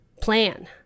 plan